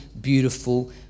beautiful